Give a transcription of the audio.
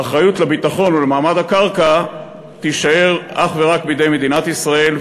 האחריות לביטחון ולמעמד הקרקע תישאר אך ורק בידי מדינת ישראל,